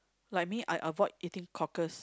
like me I avoid eating cockles